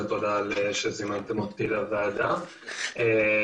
אני יאיר טרצ'יצקי,